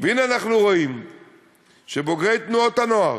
והנה, אנחנו רואים שבוגרי תנועות הנוער,